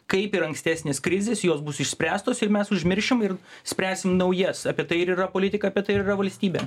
kaip ir ankstesnės krizės jos bus išspręstos ir mes užmiršim ir spręsim naujas apie tai ir yra politika apie tai ir yra valstybė